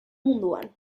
munduan